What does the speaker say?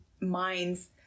minds